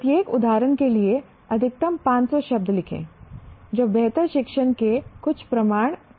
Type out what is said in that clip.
प्रत्येक उदाहरण के लिए अधिकतम 500 शब्द लिखें जो बेहतर शिक्षण के कुछ प्रमाण देते हैं